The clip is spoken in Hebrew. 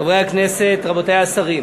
חברי הכנסת, רבותי השרים,